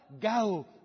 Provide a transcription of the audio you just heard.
Gao